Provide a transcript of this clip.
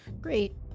great